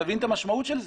תבין את המשמעות של זה.